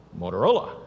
Motorola